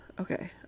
okay